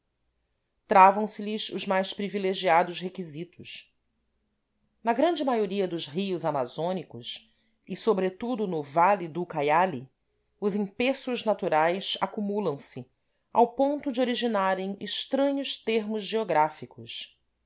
todo desimpedidos travam se lhes os mais privilegiados requisitos na grande maioria dos rios amazônicos e sobretudo no vale do ucaiali os empeços naturais acumulam se ao ponto de originarem estranhos termos geográficos